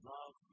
Love